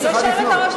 אדוני היושב-ראש,